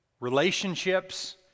relationships